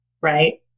right